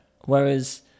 whereas